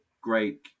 great